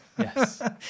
Yes